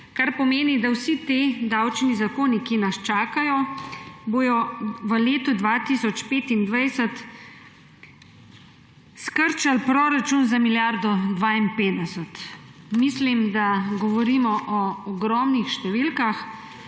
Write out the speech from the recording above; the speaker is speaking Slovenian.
pomeni, da bodo vsi ti davčni zakoni, ki nas čakajo, v letu 2025 skrčili proračun za milijardo 52. Mislim, da govorimo o ogromnih številkah.